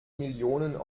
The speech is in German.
millionen